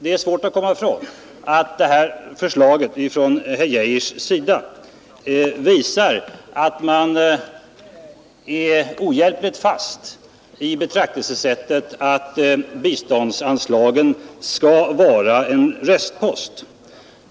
Det är svårt att komma ifrån att herr Geijers förslag visar att man är ohjälpligt fast i betraktelsesättet att biståndsanslagen skall vara en restpost.